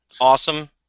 awesome